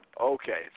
Okay